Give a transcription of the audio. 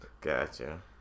Gotcha